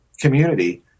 community